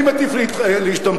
אני מטיף להשתמטות.